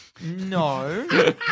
No